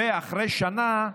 ואחרי שנה,